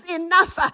enough